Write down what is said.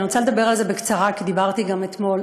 אני רוצה לדבר על זה בקצרה, כי דיברתי גם אתמול.